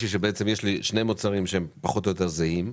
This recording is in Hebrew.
שיש לי שני מוצרים שהם פחות או יותר זהים,